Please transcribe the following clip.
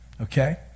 Okay